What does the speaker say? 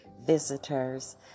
visitors